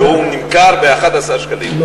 הוא נמכר ב-11 שקלים.